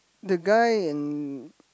the guy in